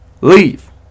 Leave